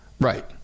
Right